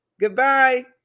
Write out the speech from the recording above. Goodbye